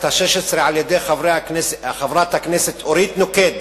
השש-עשרה על-ידי חברת הכנסת אורית נוקד,